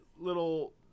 little